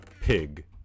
pig